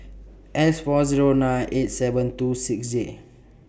S four Zero nine eight seven two six Z